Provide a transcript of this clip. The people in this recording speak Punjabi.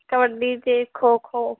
ਕਬੱਡੀ ਅਤੇ ਖੋ ਖੋ